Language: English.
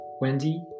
Wendy